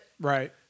Right